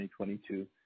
2022